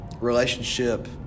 relationship